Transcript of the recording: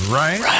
right